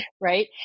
right